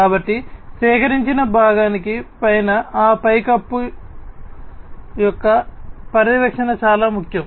కాబట్టి సేకరించిన భాగానికి పైన ఆ పైకప్పు యొక్క పర్యవేక్షణ చాలా ముఖ్యం